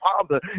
Father